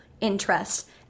interest